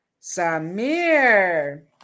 Samir